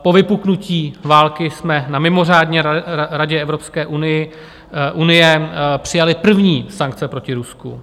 Po vypuknutí války jsme na mimořádně Radě Evropské unie přijali první sankce proti Rusku.